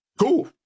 Cool